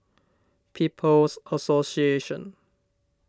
People's Association